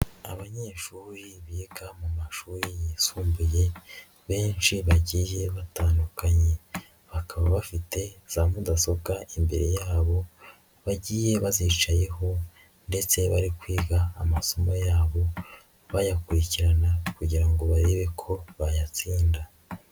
Abanyeshuri biga mu mashuri yisumbuye benshi bagiye batandukanye, bakaba bafite za mudasobwa imbere yabo bagiye bazicayeho ndetse bari kwiga amasomo yabo bayakurikirana kugira ngo barebe ko bayatsinda.